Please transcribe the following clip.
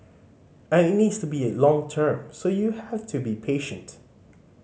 and it needs to be long term so you have to be patient